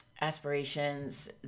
aspirations